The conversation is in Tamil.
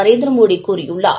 நரேந்திர மோடி கூறியுள்ளார்